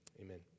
amen